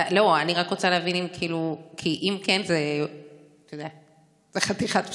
אני רק רוצה להבין, כי אם כן, זו חתיכת פצצה.